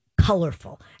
colorful